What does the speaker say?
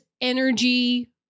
energy